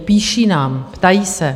Píší nám, ptají se.